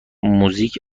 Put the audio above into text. موزیک